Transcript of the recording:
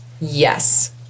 Yes